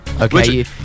Okay